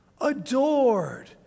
adored